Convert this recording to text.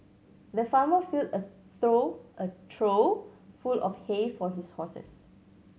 the farmer filled a throw a trough full of hay for his horses